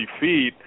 feet